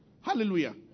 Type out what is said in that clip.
Hallelujah